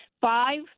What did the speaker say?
Five